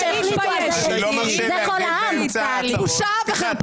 טלי, לא מפריעים באמצע הצהרות פתיחה.